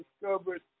discovered